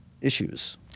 issues